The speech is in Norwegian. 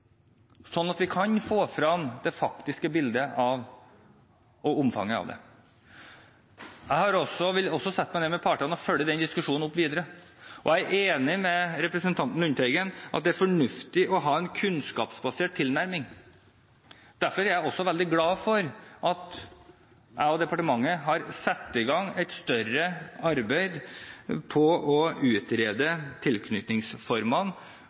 sånn at vi kan få frem det faktiske bildet og omfanget av det. Jeg vil også sette meg ned med partene og følge opp den diskusjonen videre. Jeg er enig med representanten Lundteigen i at det er fornuftig å ha en kunnskapsbasert tilnærming. Derfor er jeg også veldig glad for at departementet og jeg har satt i gang et større arbeid for å utrede tilknytningsformene,